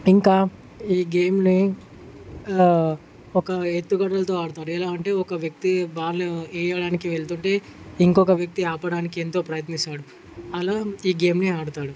ఇంకా ఈ గేమ్ని ఒక ఎత్తుగడలతో ఆడతారు ఎలా అంటే ఒక వ్యక్తి బాల్ వేయడానికి వెళ్తుంటే ఇంకొక వ్యక్తి ఆపడానికి ఎంతో ప్రయత్నిస్తాడు అలా ఈ గేమ్ని ఆడతాడు